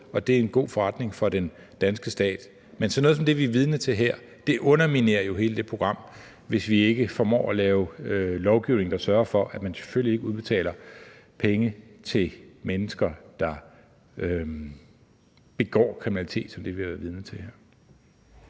og det er en god forretning for den danske stat. Men sådan noget som det, vi er vidne til her, underminerer jo hele det program – hvis vi ikke formår at lave lovgivning, der sørger for, at man selvfølgelig ikke udbetaler penge til mennesker, der begår kriminalitet som det, vi har været vidne til her.